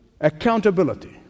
accountability